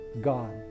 God